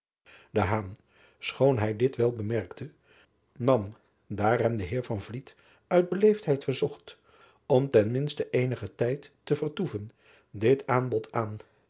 hij dit wel bemerkte nam daar hem de eer uit beleefdheid verzocht om ten minste eenigen tijd te vertoeven dit aanbod aan